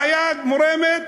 היד מורמת